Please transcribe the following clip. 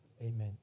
Amen